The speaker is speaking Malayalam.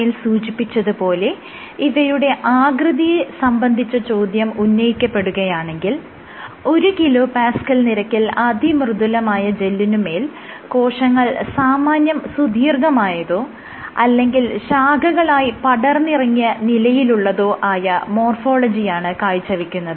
മേൽ സൂചിപ്പിച്ചത് പോലെ ഇവയുടെ ആകൃതിയെ സംബന്ധിച്ച ചോദ്യം ഉന്നയിക്കപ്പെടുകയാണെങ്കിൽ 1kPa നിരക്കിൽ അതിമൃദുലമായ ജെല്ലിനുമേൽ കോശങ്ങൾ സാമാന്യം സുദീർഘമായതോ അല്ലെങ്കിൽ ശാഖകളായി പടർന്നിറങ്ങിയ നിലയിലുള്ളതോ ആയ മോർഫോളജിയാണ് കാഴ്ചവെക്കുന്നത്